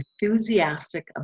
enthusiastic